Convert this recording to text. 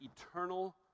eternal